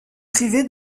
privé